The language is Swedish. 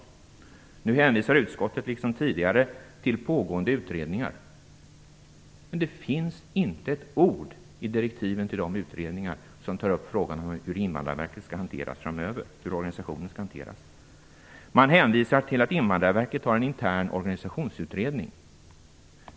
Utskottet hänvisar nu liksom tidigare till pågående utredningar, men det finns i direktiven till de utredningar som tar upp frågan om hur Invandrarverkets organisation skall hanteras framöver inte ett ord om detta. Man hänvisar till att Invandrarverket har en intern organisationsutredning.